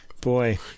Boy